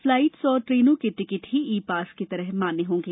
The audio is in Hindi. फ्लाइट्स और ट्रेनों के टिकट ही ई पास की तरह मान्य होंगे